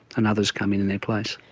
and others come in in their place.